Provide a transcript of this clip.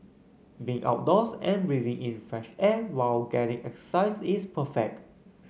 being outdoors and breathing in fresh air while getting exercise is perfect